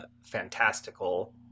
fantastical